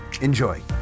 enjoy